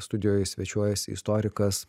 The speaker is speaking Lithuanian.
studijoj svečiuojasi istorikas